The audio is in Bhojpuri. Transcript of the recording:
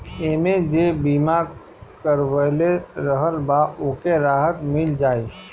एमे जे बीमा करवले रहल बा ओके राहत मिल जाई